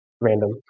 random